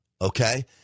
Okay